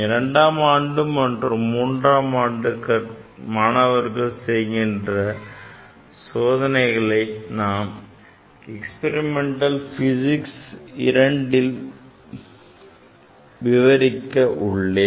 இரண்டாம் ஆண்டு மற்றும் மூன்றாம் ஆண்டு மாணவர்கள் செய்கின்ற சோதனைகளை experimental physics II பாடத்தில் விவரிக்க உள்ளேன்